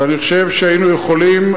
ואני חושב שהיינו יכולים,